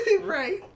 Right